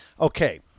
Okay